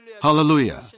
Hallelujah